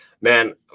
man